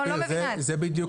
לא מבינה את זה.